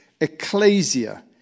ecclesia